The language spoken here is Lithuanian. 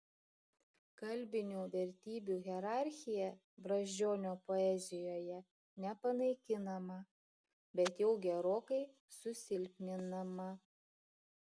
kalbinių vertybių hierarchija brazdžionio poezijoje nepanaikinama bet jau gerokai susilpninama